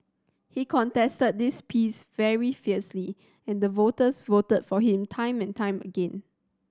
he contested this piece very fiercely and the voters voted for him time and time again